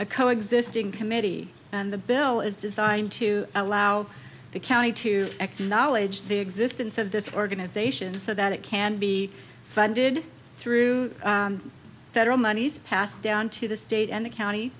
a co existing committee and the bill is designed to allow the county to acknowledge the existence of this organization so that it can be funded through federal monies passed down to the state and the county